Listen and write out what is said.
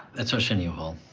that's arsenio hall.